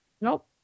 Nope